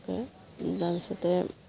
তাৰপিছতে